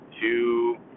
two